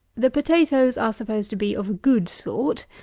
the potatoes are supposed to be of a good sort,